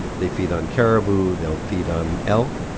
they feed on caribou, they'll feed on elk,